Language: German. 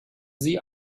sie